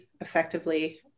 effectively